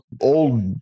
old